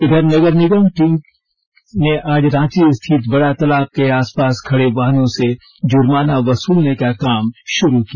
इधर नगर निगम की टीम ने रांची स्थित बड़ा तालाब के आसपास खड़े वाहनों से जुर्माना वसूलने का काम शुरू किया